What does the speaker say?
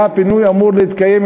הפינוי היה אמור להתקיים,